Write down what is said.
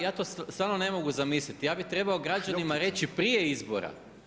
Ja to stvarno ne mogu zamisliti, ja bi trebao građanima reći prije izbora.